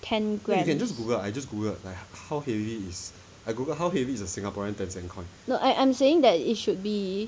ten grams no no I am saying that it should be